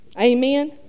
Amen